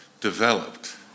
developed